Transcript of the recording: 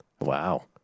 Wow